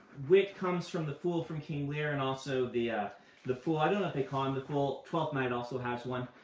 wit comes from the fool from king lear, and also the the fool, i don't know if they call him the fool, twelfth night also has one.